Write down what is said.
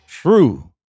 True